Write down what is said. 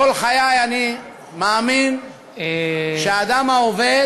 כל חיי אני מאמין שהאדם העובד,